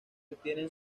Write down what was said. obtienen